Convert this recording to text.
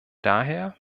daher